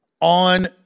on